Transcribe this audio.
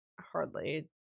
Hardly